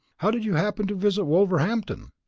how did you happen to visit wolverhampton?